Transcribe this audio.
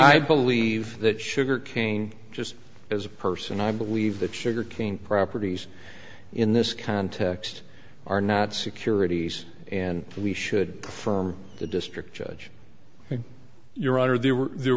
i believe that sugar cane just as a person i believe that sugar cane properties in this context are not securities and we should from the district judge your honor the